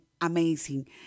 amazing